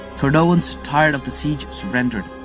cordovans, tired of the siege, surrendered.